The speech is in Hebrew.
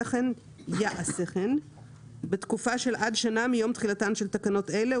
כן בתקופה של עד שנה מיום תחילתן של תקנות אלה,